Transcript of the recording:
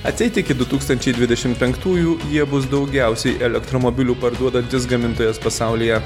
atseit iki du tūkstančiai dvidešim penktųjų jie bus daugiausiai elektromobilių parduodantis gamintojas pasaulyje